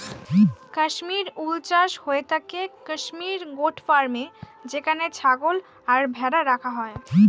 Kashmir wool চাষ হয়ে থাকে কাশ্মীর গোট ফার্মে যেখানে ছাগল আর ভেড়া রাখা হয়